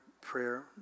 prayer